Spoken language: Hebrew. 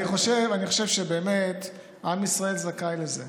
אני חושב שבאמת עם ישראל זכאי לזה.